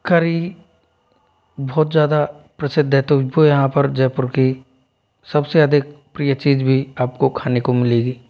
करी बहुत ज़्यादा प्रसिद्ध है तो इनको यहाँ पर जयपुर की सब से अधिक प्रिय चीज़ भी आप को खाने को मिलेगी